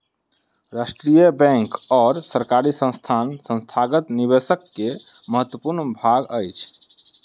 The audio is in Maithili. राष्ट्रीय बैंक और सरकारी संस्थान संस्थागत निवेशक के महत्वपूर्ण भाग अछि